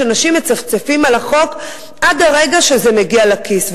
שאנשים מצפצפים על החוק עד הרגע שזה מגיע לכיס.